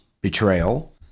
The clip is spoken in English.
betrayal